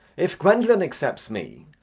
if gwendolen accepts me,